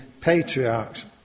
patriarchs